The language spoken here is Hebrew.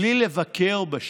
בלי לבקר בשטח.